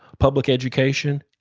public education,